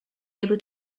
able